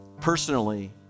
personally